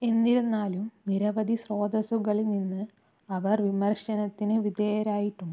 എന്നിരുന്നാലും നിരവധി സ്രോതസ്സുകളിൽ നിന്ന് അവർ വിമർശനത്തിന് വിധേയരായിട്ടുണ്ട്